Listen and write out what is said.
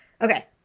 okay